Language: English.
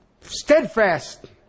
steadfast